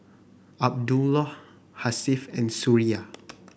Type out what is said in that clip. Abdullah Hasif and Suria